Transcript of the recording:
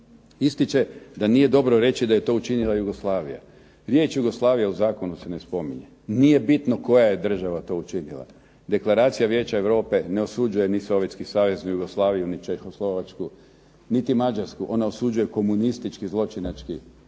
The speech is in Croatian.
Ističe da nije dobro reći da je to učinila Jugoslavija, riječ Jugoslavija u Zakonu se ne spominje. Nije bitno koja je država to učinila, Deklaracija Vijeća Europe ne osuđuje niti Sovjetski savez ni Jugoslaviju, ni Čehoslovačku niti Mađarsku. Ona osuđuje komunistički zločinački